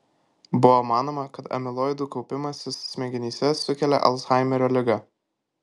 buvo manoma kad amiloidų kaupimasis smegenyse sukelia alzhaimerio ligą